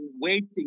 waiting